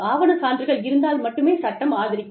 ஆவணச் சான்றுகள் இருந்தால் மட்டுமே சட்டம் ஆதரிக்கும்